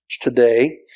today